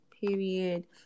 period